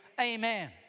amen